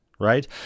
right